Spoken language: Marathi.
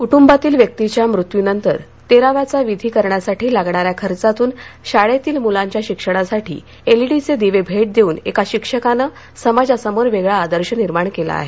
कुटूंबातील व्यक्तीच्या मृत्यूनंतर तेरावा विधी करण्यासाठी लागणाऱ्या खर्चातून शाळेतील मुलांच्या शिक्षणासाठी एलईडीची भेट देऊन एका शिक्षकांनी समाजासमोर वेगळा आदर्श निर्माण केला आहे